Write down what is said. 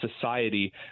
society